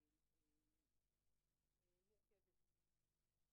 ממש כבוד גדול,